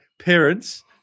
parents